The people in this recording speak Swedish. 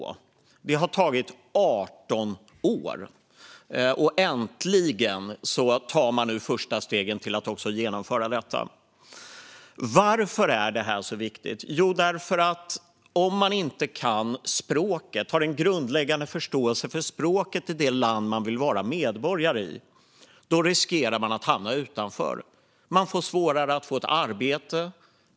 Det har tagit 18 år. Äntligen tar man nu första stegen för att genomföra detta. Varför är det så viktigt? Jo, om man inte har en grundläggande förståelse för språket i det land där man vill vara medborgare riskerar man att hamna utanför. Man får svårare att få ett arbete.